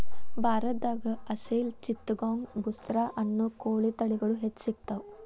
ಭಾರತದಾಗ ಅಸೇಲ್ ಚಿತ್ತಗಾಂಗ್ ಬುಸ್ರಾ ಅನ್ನೋ ಕೋಳಿ ತಳಿಗಳು ಹೆಚ್ಚ್ ಸಿಗತಾವ